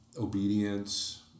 Obedience